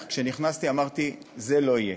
כשנכנסתי, אמרתי: זה לא יהיה.